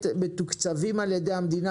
וכמתוקצבות על ידי המדינה,